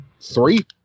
three